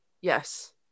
yes